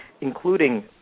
including